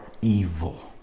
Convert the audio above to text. evil